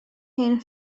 hen